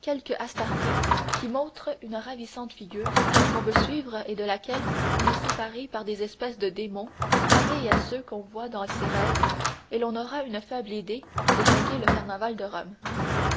quelque astarté qui montre une ravissante figure qu'on veut suivre et de laquelle on est séparé par des espèces de démons pareils à ceux qu'on voit dans ses rêves et l'on aura une faible idée de ce qu'est le carnaval de rome